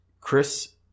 Chris